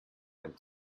ein